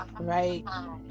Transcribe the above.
Right